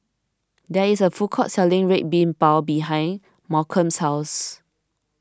there is a food court selling Red Bean Bao behind Malcolm's house